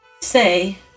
say